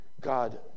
God